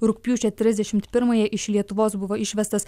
rugpjūčio trisdešimt pirmąją iš lietuvos buvo išvestas